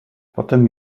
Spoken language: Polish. potem